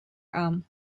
aan